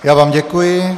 Já vám děkuji.